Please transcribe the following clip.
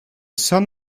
sun